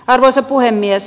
arvoisa puhemies